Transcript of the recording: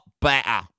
better